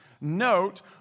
Note